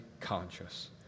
conscious